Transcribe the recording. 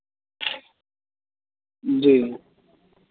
जी